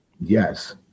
Yes